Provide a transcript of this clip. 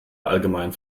allgemein